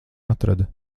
atrada